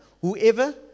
whoever